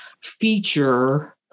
feature